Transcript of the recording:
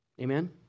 Amen